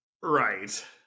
Right